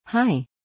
Hi